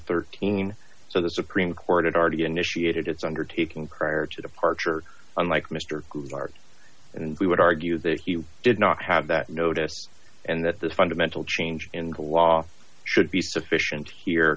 thirteen so the supreme court had already initiated its undertaking prior to departure unlike mr large and we would argue that he did not have that notice and that this fundamental change in the law should be sufficient